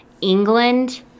England